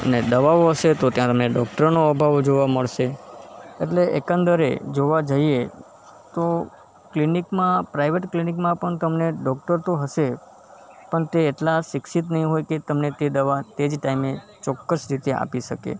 ને દવાઓ હશે તો ત્યાં તમે ડૉક્ટરોનો અભાવ જોવા મળશે એટલે એકંદરે જોવા જઇએ તો ક્લિનિકમાં પ્રાઇવેટ ક્લિનિકમાં પણ તમને ડૉક્ટર તો હશે પણ તે એટલા શિક્ષિત નહીં હોય કે તમને તે દવા તે જ ટાઈમે ચોક્કસ રીતે આપી શકે